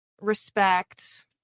respect